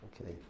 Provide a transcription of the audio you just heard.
Okay